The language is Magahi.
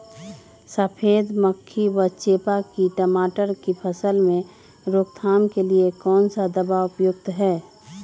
सफेद मक्खी व चेपा की टमाटर की फसल में रोकथाम के लिए कौन सा दवा उपयुक्त है?